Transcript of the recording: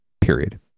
period